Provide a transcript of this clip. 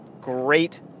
great